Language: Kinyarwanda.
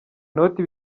noti